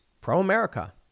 pro-America